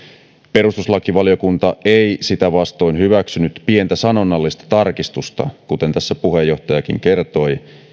perustuslakivaliokunta ei sitä vastoin hyväksynyt pientä sanonnallista tarkistusta kuten tässä puheenjohtajakin kertoi